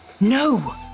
No